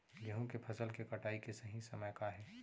गेहूँ के फसल के कटाई के सही समय का हे?